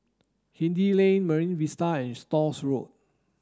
Hindhede Lane Marine Vista and Stores Road